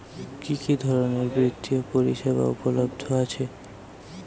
কি কি ধরনের বৃত্তিয় পরিসেবা উপলব্ধ আছে?